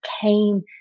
came